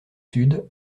sud